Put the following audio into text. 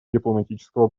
дипломатического